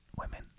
Women